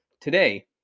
Today